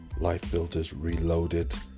LifeBuildersReloaded